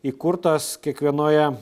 įkurtos kiekvienoje